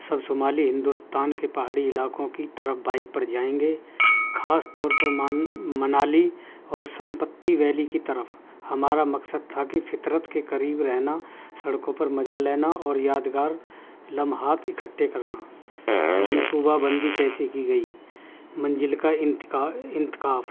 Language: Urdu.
سب شمالی ہندوستان کے پہاڑی علاقوں کی طرف بائک پر جائیں گے خاص طور پر من منالی اور سمپتی ویلی کی طرف ہمارا مقصد تھا کہ فطرت کے قریب رہنا سڑکوں پر مزہ لینا اور یادگار لمحات اکھٹے کرنا منصوبہ بندی کیسے کی گئی منزل کا انتخاب